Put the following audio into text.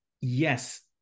yes